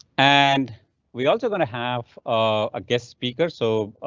and we also going to have a guest speaker, so